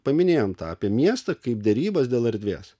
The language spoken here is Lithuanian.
paminėjome tą paie miestą kaip derybas dėl erdvės